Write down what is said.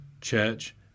Church